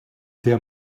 der